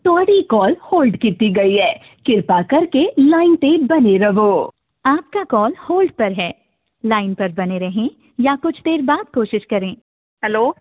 ਤੁਹਾਡੀ call hold ਕੀਤੀ ਗਈ ਹੈ ਕਿਰਪਾ ਕਰਕੇ ਲਾਈਨ 'ਤੇ ਬਣੇ ਰਵੋ ਆਪਕਾ ਕੋਲ ਹੋਲਡ ਪਰ ਹੈ ਲਾਈਨ ਪਰ ਬਨੇ ਰਹੇਂ ਯਾ ਕੁਛ ਦੇਰ ਬਾਅਦ ਕੋਸ਼ਿਸ਼ ਕਰੇਂ ਹੈਲੋ